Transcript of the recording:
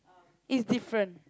it's different